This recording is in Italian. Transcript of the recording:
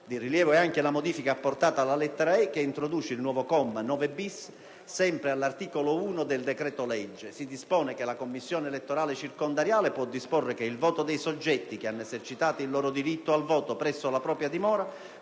Di rilievo è anche la modifica apportata alla lettera *e)*, che introduce un nuovo comma 9-*bis*, sempre all'articolo 1 del decreto-legge. Si dispone che la commissione elettorale circondariale può disporre che il voto dei soggetti che hanno esercitato il loro diritto al voto presso la propria dimora